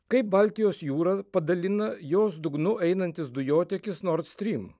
kaip baltijos jūrą padalina jos dugnu einantis dujotiekis nord strym